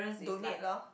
donate lor